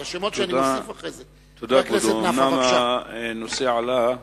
אומנם הנושא עלה,